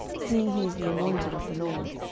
seeing he is the anointed of the lord.